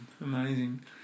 Amazing